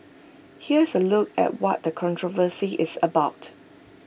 here's A look at what the controversy is about